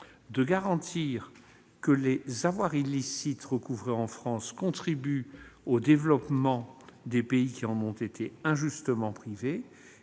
: garantir que les avoirs illicites recouvrés en France contribuent au développement des pays qui en ont été injustement privés